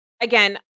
again